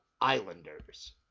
Islanders